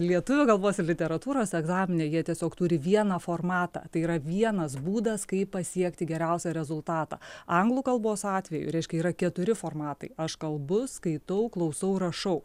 lietuvių kalbos ir literatūros egzamine jie tiesiog turi vieną formatą tai yra vienas būdas kaip pasiekti geriausią rezultatą anglų kalbos atveju reiškia yra keturi formatai aš kalbu skaitau klausau rašau